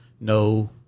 no